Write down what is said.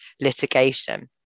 litigation